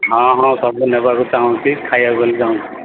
ହଁ ହଁ ସବୁ ନେବାକୁ ଚାହୁଁଛି ଖାଇବାକୁ ବି ଚାହୁଁଛି